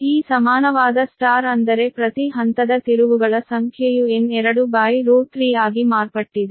ಈ ಸಮಾನವಾದ Y ಅಂದರೆ ಪ್ರತಿ ಹಂತದ ತಿರುವುಗಳ ಸಂಖ್ಯೆಯು N23 ಆಗಿ ಮಾರ್ಪಟ್ಟಿದೆ